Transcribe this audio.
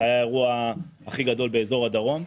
זה היה האירוע הכי גדול באזור הדרום.